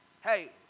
Hey